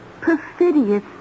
Perfidious